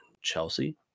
Chelsea